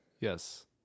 yes